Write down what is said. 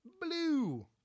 Blue